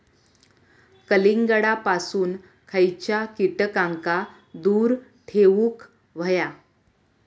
कलिंगडापासून खयच्या कीटकांका दूर ठेवूक व्हया?